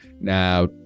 Now